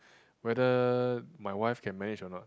whether my wife can manage or not